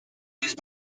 used